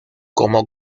como